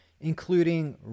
including